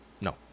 No